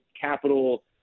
capital